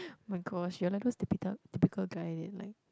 my gosh you're like those typital typical guy that like